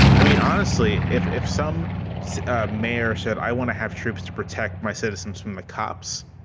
i mean, honestly, if if some mayor said i want to have troops to protect my citizens from the cops,